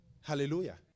Hallelujah